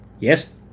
Yes